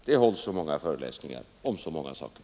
Det hålls så många föreläsningar om så många saker.